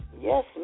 Yes